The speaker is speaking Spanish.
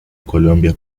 colombia